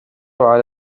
على